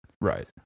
right